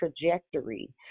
trajectory